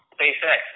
SpaceX